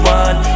one